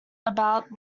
about